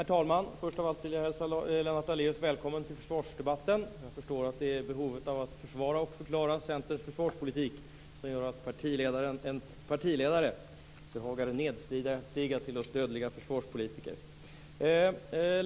Herr talman! Först av allt vill jag hälsa Lennart Daléus välkommen till försvarsdebatten. Jag förstår att det är behovet av att förklara och försvara Centerns försvarspolitik som gör att en partiledare behagar nedstiga till oss dödliga försvarspolitiker.